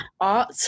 art